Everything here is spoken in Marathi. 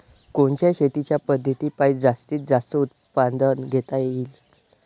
कोनच्या शेतीच्या पद्धतीपायी जास्तीत जास्त उत्पादन घेता येईल?